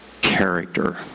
character